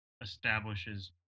establishes